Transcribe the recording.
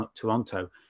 toronto